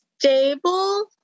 stable